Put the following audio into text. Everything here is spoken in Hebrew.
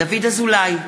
דוד אזולאי,